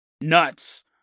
nuts